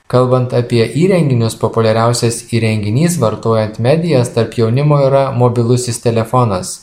kalbant apie įrenginius populiariausias įrenginys vartojant medijas tarp jaunimo yra mobilusis telefonas